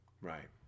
Right